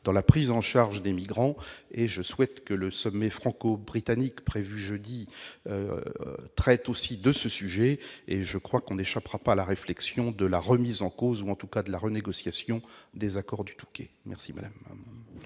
dans la prise en charge des migrants. Je souhaite que le sommet franco-britannique prévu jeudi traite également de ce sujet. Je crois que nous n'échapperons pas à une réflexion sur la remise en cause ou, en tout cas, sur la renégociation des accords du Touquet. Nous en